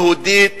יהודית